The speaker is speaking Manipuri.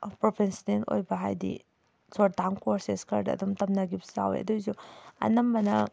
ꯄ꯭ꯔꯣꯐꯦꯁꯟꯅꯦꯜ ꯑꯣꯏꯕ ꯍꯥꯏꯗꯤ ꯁꯣꯔꯠ ꯇꯥꯔꯝ ꯀꯣꯔꯁꯦꯁ ꯈꯔꯗ ꯑꯗꯨꯝ ꯇꯝꯅꯈꯤꯕꯁꯨ ꯌꯥꯎꯋꯦ ꯑꯗꯨꯑꯣꯏꯁꯨ ꯑꯅꯝꯕꯅ